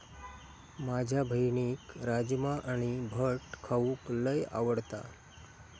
माझ्या बहिणीक राजमा आणि भट खाऊक लय आवडता